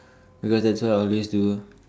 because that's what I always do